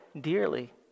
dearly